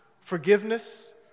forgiveness